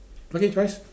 okay Joyce